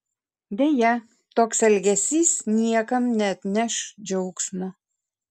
deja toks elgesys niekam neatneš džiaugsmo